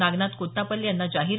नागनाथ कोत्तापल्ले यांना जाहीर